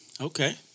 Okay